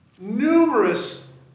numerous